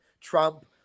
Trump